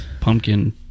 Pumpkin